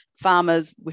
Farmers